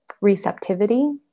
receptivity